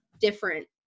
different